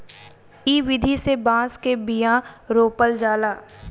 इ विधि से बांस के बिया रोपल जाला